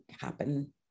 happen